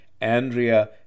Andrea